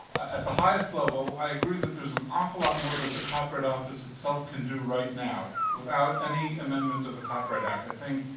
at the highest level, i agree that there's an awful lot and more that the copyright office itself can do right now without any amendment of the copyright act. i think